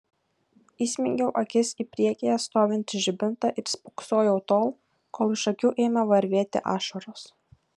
įsmeigiau akis į priekyje stovintį žibintą ir spoksojau tol kol iš akių ėmė varvėti ašaros